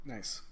Nice